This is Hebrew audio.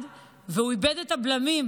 אדוני היושב-ראש, כנסת נכבדה,